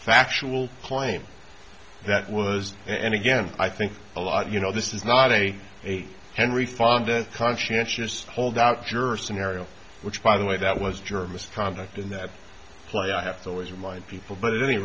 factual claim that was and again i think a lot of you know this is not a henry fonda conscientious holdout juror scenario which by the way that was jervis conduct in that play i have to always remind people but at any